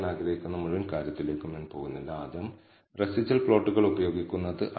ഫ്രീഡത്തിന്റെ numerator ഡിഗ്രികൾ 1 ആണ് ഫ്രീഡത്തിന്റെ ഡിനോമിനേറ്റർ ഡിഗ്രികൾ n 2 ആണ്